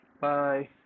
bye